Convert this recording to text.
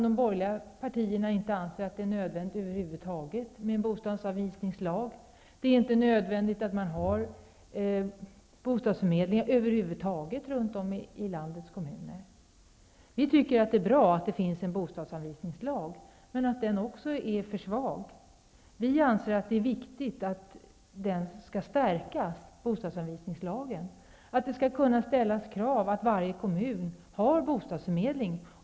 De borgerliga partierna anser det över huvud taget inte vara nödvändigt vare sig med en bostadsanvisningslag eller med bostadsförmedlingar runt om i landets kommuner. Vi tycker att det är bra att det finns en bostadsanvisningslag, men att också den är för svag. Det är viktigt att bostadsanvisningslagen förstärks. Man skall kunna kräva att varje kommun har en bostadsförmedling.